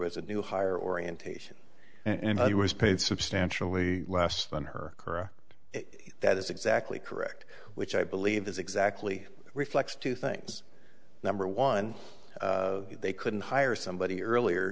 was a new hire orientation and i was paid substantially less than her that is exactly correct which i believe is exactly reflects two things number one they couldn't hire somebody earlier